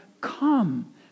come